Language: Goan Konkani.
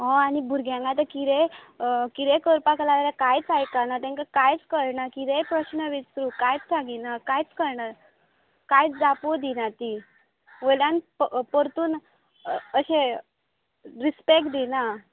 हय भुरग्यांक आता कितें करपाक लायल्यार कांयच आसकना तांकां कांयच कळना कितेंय प्रश्न विचार कांयच सागिना कांयच कळना कांयच जापूय दिना ती वयल्यान परतून अशें रिस्पेक्ट दिना